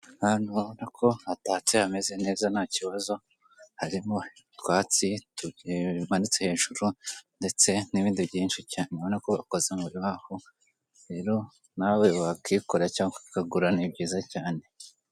Aha hantu urabona ko hatatse hameze neza nta kibazo, harimo utwatsi tumanitse hejuru ndetse n'ibindi byinshi cyane. Urabona ko gakoze mu rubaho, rero nawe wakikorera cyangwa ukakagura, ni byiza cyane.